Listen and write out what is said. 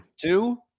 Two